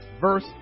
verse